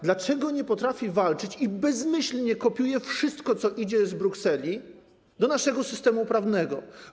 Dlaczego nie potrafi o to walczyć i bezmyślnie kopiuje wszystko, co idzie z Brukseli, do naszego systemu prawnego?